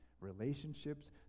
relationships